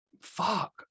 Fuck